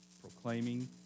proclaiming